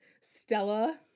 Stella